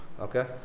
Okay